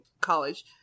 college